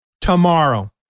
Tomorrow